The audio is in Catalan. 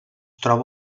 troba